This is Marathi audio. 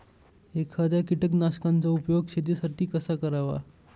एखाद्या कीटकनाशकांचा उपयोग शेतीसाठी कसा करावा?